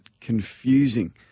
confusing